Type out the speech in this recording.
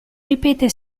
ripete